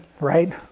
right